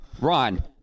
Ron